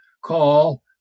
call